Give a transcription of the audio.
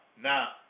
Now